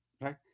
right